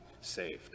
saved